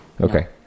Okay